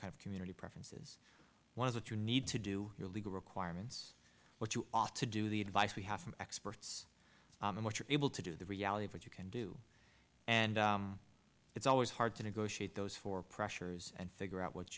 kind of community preferences one is what you need to do your legal requirements what you ought to do the advice we have from experts and what you're able to do the reality of what you can do and it's always hard to negotiate those four pressures and figure out what